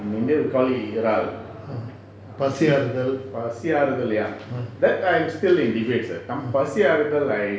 பசி ஆறுதல்:pasi aaruthal mm